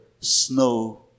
snow